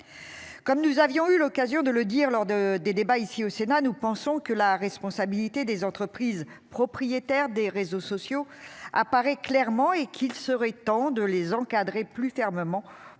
Comme nous avions eu l'occasion de le dire lors de des débats ici au Sénat, nous pensons que la responsabilité des entreprises propriétaires des réseaux sociaux apparaît clairement et qu'il serait temps de les encadrer plus fermement